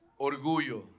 Orgullo